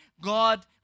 God